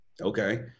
Okay